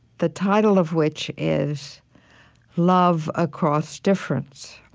the title of which is love across difference.